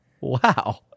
Wow